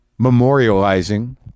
memorializing